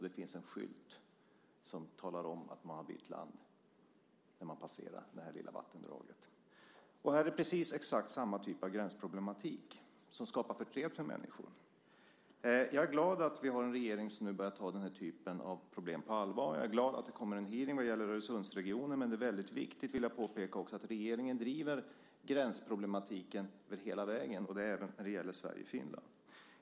Det finns en skylt som talar om att man har bytt land när man passerar det lilla vattendraget. Här finns precis exakt samma typ av gränsproblematik som skapar förtret för människor. Jag är glad att vi nu har en regering som börjat ta den här typen av problem på allvar. Jag är glad att det kommer en hearing vad gäller Öresundsregionen. Men det är också väldigt viktigt att regeringen driver frågor om gränsproblematiken hela vägen, och det även när det gäller Sverige och Finland.